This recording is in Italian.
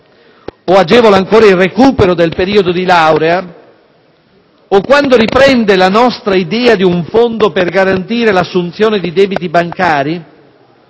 contributi o il recupero del periodo di laurea o quando riprende la nostra idea di un fondo per garantire l'assunzione di debiti bancari,